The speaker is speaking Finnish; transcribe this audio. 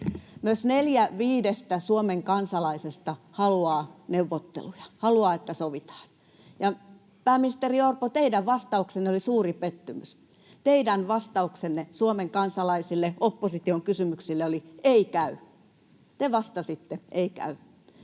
Myös neljä viidestä Suomen kansalaisesta haluaa neuvotteluja, haluaa, että sovitaan. Ja pääministeri Orpo, teidän vastauksenne oli suuri pettymys. Teidän vastauksenne Suomen kansalaisille, opposition kysymyksille oli ”ei käy”. Te vastasitte: ei käy.